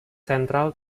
central